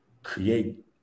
create